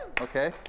okay